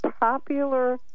popular